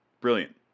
Brilliant